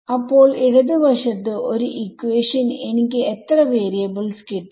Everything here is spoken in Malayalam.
അപ്പോൾ ഇടത് വശത്തു ഒരു ഇക്വേഷൻ എനിക്ക് എത്ര വരിയബ്ൾസ് ൽകിട്ടും